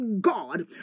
God